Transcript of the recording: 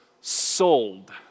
sold